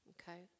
okay